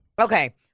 Okay